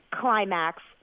climax